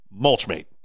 mulchmate